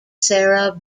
sarah